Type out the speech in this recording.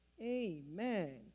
Amen